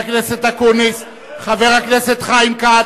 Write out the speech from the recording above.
חבר הכנסת שאמה.